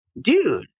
dude